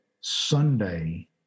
Sunday